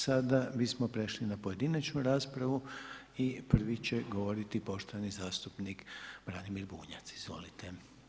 Sada bismo prešli na pojedinačnu raspravu i prvi će govoriti poštovani zastupnik Branimir Bunjac, izvolite.